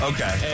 Okay